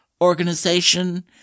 organization